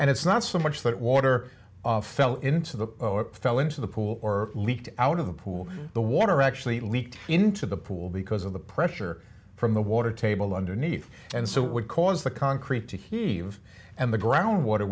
and it's not so much that water fell into the fell into the pool or leaked out of the pool the water actually leaked into the pool because of the pressure from the water table underneath and so would cause the concrete to heave and the ground water